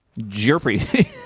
jerpy